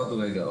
עוד רגע.